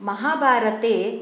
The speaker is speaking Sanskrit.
महाभारते